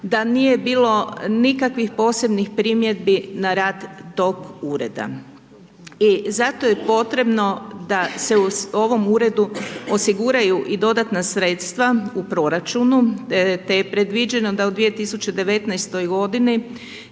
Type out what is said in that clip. da nije bilo nikakvih posebnih primjedbi na rad tog ureda. I zato je potrebno da se u ovom uredu osiguraju i dodatna sredstva u proračunu te je predviđeno da u 2019. g.